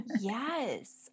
Yes